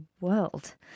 World